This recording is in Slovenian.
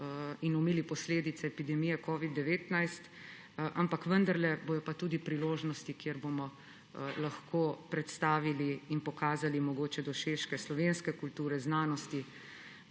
in omili posledice epidemije covida-19. Vendarle bodo pa tudi priložnosti, kjer bomo mogoče lahko predstavili in pokazali dosežke slovenske kulture, znanosti,